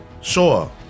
Sure